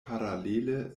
paralele